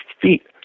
feet